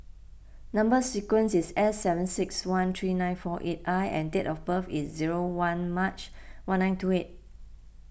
Number Sequence is S seven six one three nine four eight I and date of birth is zero one March one nine two eight